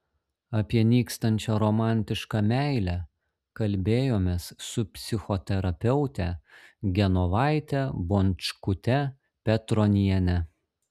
apie nykstančią romantišką meilę kalbėjomės su psichoterapeute genovaite bončkute petroniene